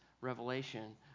revelation